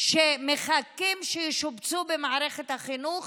שמחכים שישובצו במערכת החינוך